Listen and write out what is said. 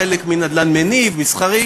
חלק מנדל"ן מניב, מסחרי,